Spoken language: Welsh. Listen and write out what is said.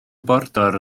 border